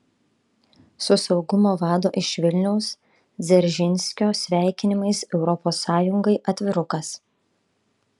su saugumo vado iš vilniaus dzeržinskio sveikinimais europos sąjungai atvirukas